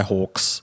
Hawks